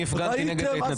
אני הפגנתי נגד ההתנתקות.